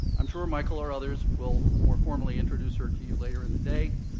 i'm sure michael or others will more formally introduce her to you later in the day.